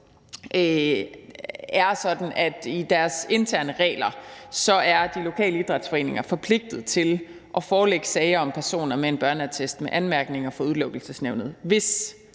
i kraft af deres interne regler er forpligtet til at forelægge sager om personer med en børneattest med anmærkninger for Udelukkelsesnævnet,